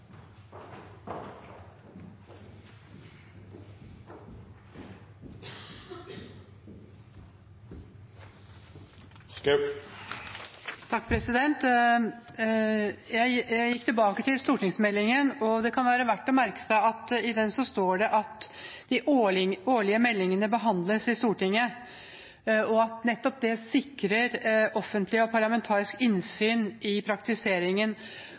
stortingsmeldingen, og det kan være verdt å merke seg at i den står det at de årlige meldingene behandles i Stortinget, og at nettopp det sikrer offentlig og parlamentarisk innsyn i praktiseringen